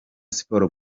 siporo